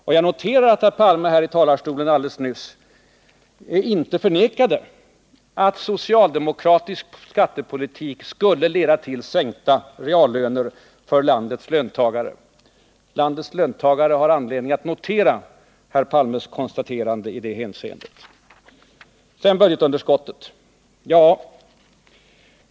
Och jag noterar att Olof Palme här i talarstolen alldeles nyss inte förnekade att socialdemokratisk skattepolitik skulle leda till sänkta reallöner för landets löntagare. Landets löntagare har anledning att notera herr Palmes konstaterande i det hänseendet. Sedan om budgetunderskottet.